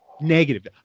negative